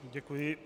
Děkuji.